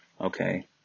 Okay